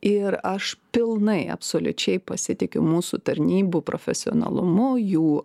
ir aš pilnai absoliučiai pasitikiu mūsų tarnybų profesionalumu jų